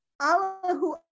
Allahu